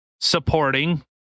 supporting